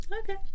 Okay